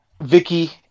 Vicky